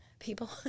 people